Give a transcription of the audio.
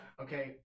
Okay